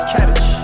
Cabbage